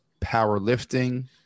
powerlifting